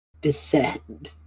descend